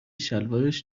شلوارش